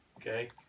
okay